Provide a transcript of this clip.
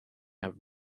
have